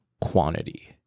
quantity